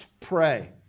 pray